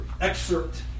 excerpt